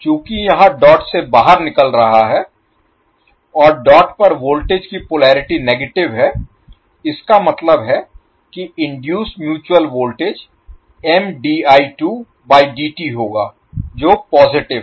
चूंकि यहां डॉट से बाहर निकल रहा है और डॉट पर वोल्टेज की पोलेरिटी नेगेटिव है इसका मतलब है कि इनडुइस म्यूचुअल वोल्टेज होगा जो पॉजिटिव है